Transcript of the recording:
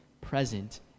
present